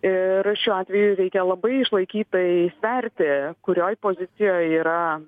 ir šiuo atveju reikia labai išlaikytai sverti kurioje pozicijoj yra